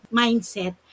mindset